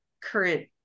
current